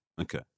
Okay